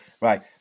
right